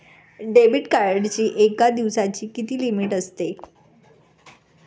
Debit कार्डची एका दिवसाची किती लिमिट असते?